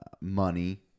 money